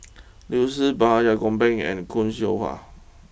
Liu Si Gopal and Khoo Seow Hwa